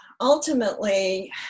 Ultimately